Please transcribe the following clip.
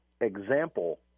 example